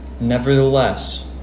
nevertheless